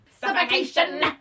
Suffocation